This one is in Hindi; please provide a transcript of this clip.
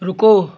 रुको